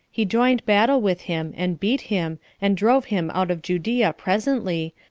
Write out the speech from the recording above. he joined battle with him, and beat him, and drove him out of judea presently,